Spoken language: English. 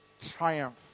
triumph